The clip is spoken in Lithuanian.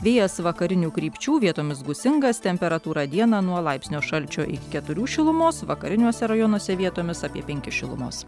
vėjas vakarinių krypčių vietomis gūsingas temperatūra dieną nuo laipsnio šalčio iki keturių šilumos vakariniuose rajonuose vietomis apie penkis šilumos